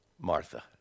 Martha